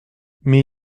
mais